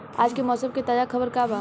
आज के मौसम के ताजा खबर का बा?